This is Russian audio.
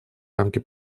рамки